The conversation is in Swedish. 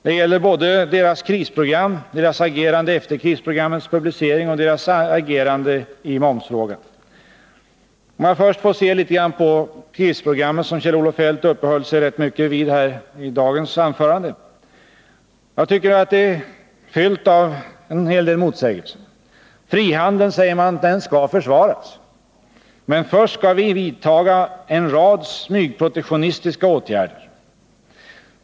Det gäller både socialdemokraternas krisprogram, socialdemokraternas agerande efter krisprogrammets publicering och socialdemokraternas agerande i momsfrågan. Låt mig först se på det s.k. krisprogrammet, som Kjell-Olof Feldt uppehöll sig rätt mycket vid i dagens anförande. Det är fullt av motsägelser: Frihandeln skall försvaras — men först skall vi vidta en rad smygprotektionistiska åtgärder.